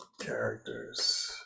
characters